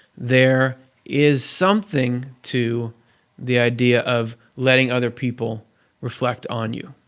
there is something to the idea of letting other people reflect on you.